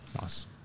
Nice